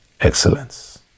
excellence